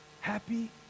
Happy